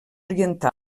oriental